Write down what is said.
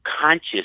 conscious